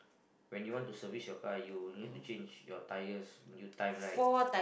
when you want to service your car you you need to change your tires in due time right